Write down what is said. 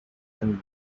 and